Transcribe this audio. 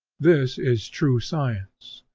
this is true science.